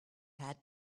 had